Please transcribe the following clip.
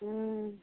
हुँ